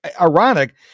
ironic